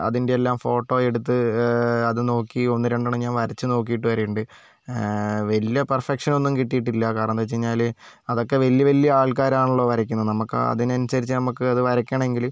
അതിൻ്റെയെല്ലാം photo എടുത്ത് അത് നോക്കി ഒന്നു രണ്ടെണ്ണം ഞാൻ വരച്ചു നോക്കിയിട്ട് വരെയുണ്ട് വലിയ പെർഫെക്ഷൻ ഒന്നും കിട്ടിയിട്ടില്ല കാരണമെന്തെന്നു വെച്ച് കഴിഞ്ഞാൽ അതൊക്കെ വലിയ വലിയ ആൾക്കാരാണല്ലോ വരയ്ക്കുന്നത് നമുക്ക് അതിനനുസരിച്ച് നമുക്ക് അത് വരയ്ക്കണമെങ്കിൽ